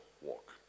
walk